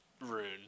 rune